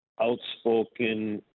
outspoken